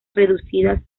reducidas